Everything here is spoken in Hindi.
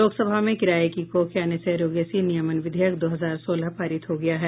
लोकसभा में किराये की कोख यानी सरोगेसी नियमन विधेयक दो हजार सोलह पारित हो गया है